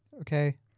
okay